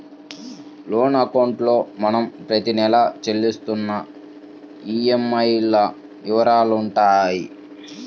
loan అకౌంట్లో మనం ప్రతి నెలా చెల్లిస్తున్న ఈఎంఐల వివరాలుంటాయి